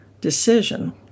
decision